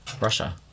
Russia